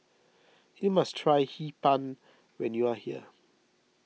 you must try Hee Pan when you are here